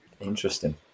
Interesting